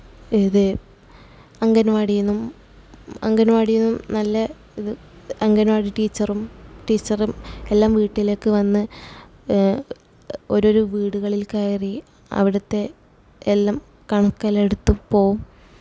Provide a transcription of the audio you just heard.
ഇത് അംഗന്വാടിയിൽ നിന്നും അംഗന്വാടിയിൽ നിന്നും നല്ല ഇത് അംഗന്വാടി ടീച്ചറും ടീച്ചറും എല്ലാം വീട്ടിലേക്കു വന്ന് ഓരോരു വീടുകളില് കയറി അവിടുത്തെ എല്ലാം കണക്കെല്ലാം എടുത്തു പോകും